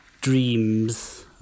dreams